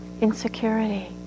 insecurity